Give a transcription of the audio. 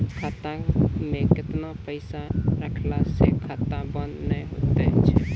खाता मे केतना पैसा रखला से खाता बंद नैय होय तै?